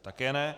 Také ne.